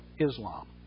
Islam